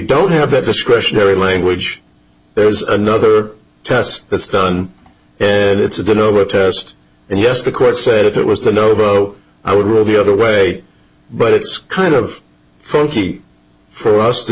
don't have that discretionary language there's another test that's done and it's a done over test and yes the court said if it was to know i would rule the other way but it's kind of funky for us to